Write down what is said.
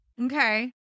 Okay